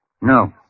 No